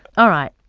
all right